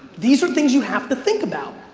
these are things you have to think about.